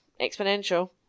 exponential